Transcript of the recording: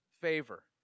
favor